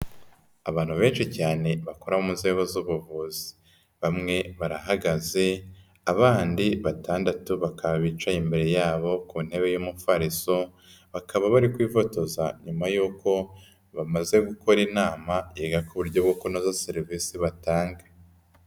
Abantu benshi cyane bakora mu nzego z'ubuvuzi, bamwe barahagaze, abandi batandatu bakaba bicaye imbere yabo ku ntebe y'umufariso, bakaba bari kwifotoza nyuma y'uko bamaze gukora inama yiga ku buryo bwo kunoza serivisi batanga.